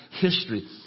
history